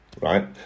right